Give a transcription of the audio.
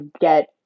get